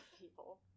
people